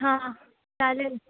हां चालेल